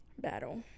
battle